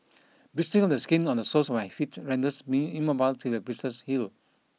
blistering of the skin on the soles my feet renders me immobile till the blisters heal